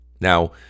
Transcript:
Now